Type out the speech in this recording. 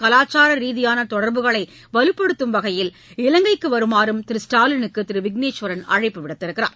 கலாச்சார ரீதியான தொடர்புகளை வலுப்படுத்தும் வகையில் இலங்கைக்கு வருமாறும் திரு ஸ்டாலினுக்கு திரு விக்னேஷ்வரன் அழைப்பு விடுத்துள்ளார்